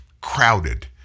crowded